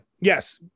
Yes